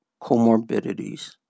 comorbidities